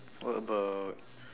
what about